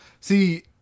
see